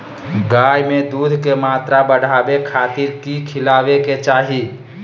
गाय में दूध के मात्रा बढ़ावे खातिर कि खिलावे के चाही?